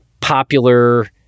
popular